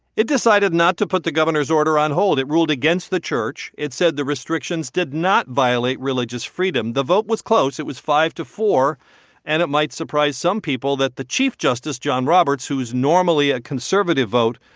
it decided not to put the governor's order on hold. it ruled against the church. it said the restrictions did not violate religious freedom. the vote was close. it was five four. and it might surprise some people that the chief justice, john roberts, who's normally a conservative vote,